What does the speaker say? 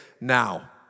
now